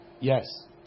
Yes